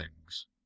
things